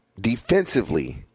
defensively –